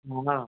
हा